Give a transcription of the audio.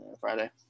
Friday